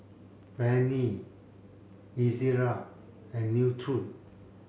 Rene Ezerra and Nutren